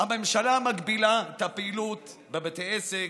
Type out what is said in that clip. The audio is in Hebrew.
הממשלה מגבילה את הפעילות בבתי עסק,